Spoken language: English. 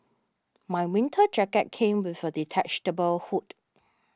my winter jacket came with a hood